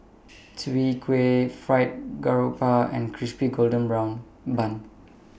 Chwee Kueh Fried Garoupa and Crispy Golden Brown Bun